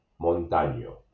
Montaño